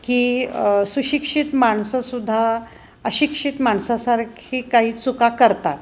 की सुशिक्षित माणसंसुद्धा अशिक्षित माणसासारखी काही चुका करतात